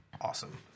Awesome